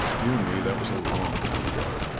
dear me, that was a long time ago.